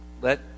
Let